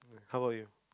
how old are you